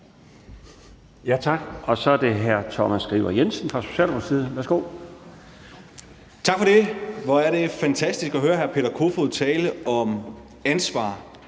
Tak for det. Hvor er det fantastisk at høre hr. Peter Kofod tale om ansvar,